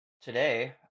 today